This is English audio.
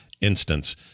instance